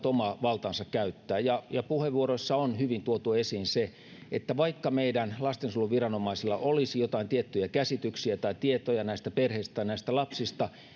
omaa valtaansa käyttää ja ja puheenvuoroissa on hyvin tuotu esiin se että vaikka meidän lastensuojeluviranomaisilla olisi jotain tiettyjä käsityksiä tai tietoja näistä perheistä tai näistä lapsista